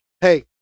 hey